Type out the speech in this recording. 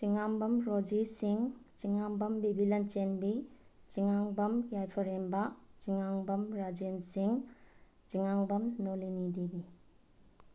ꯆꯤꯉꯥꯝꯕꯝ ꯔꯣꯖꯤ ꯁꯤꯡ ꯆꯤꯉꯥꯝꯕꯝ ꯕꯦꯕꯤ ꯂꯟꯆꯦꯟꯕꯤ ꯆꯤꯉꯥꯝꯕꯝ ꯌꯥꯏꯐꯔꯦꯝꯕ ꯆꯤꯉꯥꯝꯕꯝ ꯔꯥꯖꯦꯟ ꯁꯤꯡ ꯆꯤꯉꯥꯝꯕꯝ ꯅꯣꯂꯤꯅꯤ ꯗꯦꯕꯤ